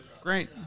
Great